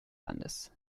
landes